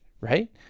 right